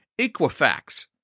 Equifax